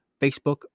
Facebook